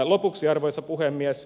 lopuksi arvoisa puhemies